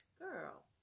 girl